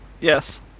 yes